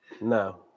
No